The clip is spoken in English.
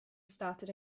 started